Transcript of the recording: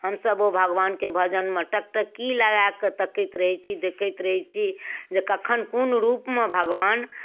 हमसभ ओ भगवानके भजनमे टकटकी लगाकऽ तकैत रहै छी देखैत रहै छी जे कखन कोन रूपमे भगवान